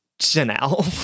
Chanel